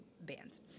bands –